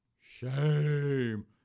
Shame